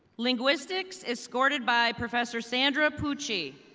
lingustics, escorted by prfoessor sandra buchie.